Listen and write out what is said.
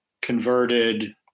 converted